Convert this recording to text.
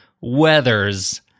weathers